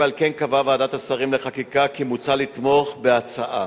ועל כן קבעה ועדת השרים לחקיקה כי מוצע לתמוך בהצעה,